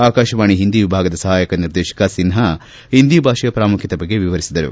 ಆಕಾಶವಾಣಿ ಹಿಂದಿ ವಿಭಾಗದ ಸಹಾಯಕ ನಿರ್ದೇಶಕ ಸಿನ್ಹಾ ಹಿಂದಿ ಭಾಷೆಯ ಪ್ರಾಮುಖ್ಯತೆ ಬಗ್ಗೆ ವಿವರಿಸಿದರು